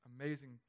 amazing